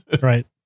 right